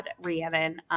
Rhiannon –